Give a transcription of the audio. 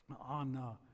on